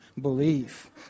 belief